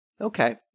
Okay